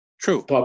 true